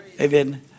Amen